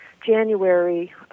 January